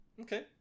Okay